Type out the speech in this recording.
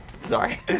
Sorry